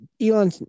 Elon